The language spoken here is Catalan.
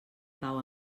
pau